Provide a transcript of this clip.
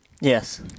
Yes